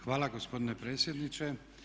Hvala gospodine predsjedniče.